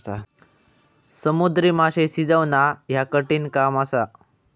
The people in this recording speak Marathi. समुद्री माशे शिजवणा ह्या कठिण काम असा